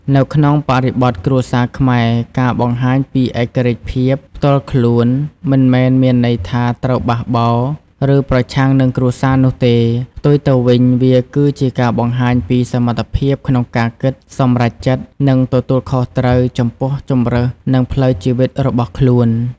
នៅក្នុងបរិបទគ្រួសារខ្មែរ ការបង្ហាញពីឯករាជ្យភាពផ្ទាល់ខ្លួន មិនមែនមានន័យថាត្រូវបះបោរ ឬប្រឆាំងនឹងគ្រួសារនោះទេ ផ្ទុយទៅវិញ វាគឺជាការបង្ហាញពី សមត្ថភាពក្នុងការគិត សម្រេចចិត្ត និងទទួលខុសត្រូវ ចំពោះជម្រើស និងផ្លូវជីវិតរបស់ខ្លួន។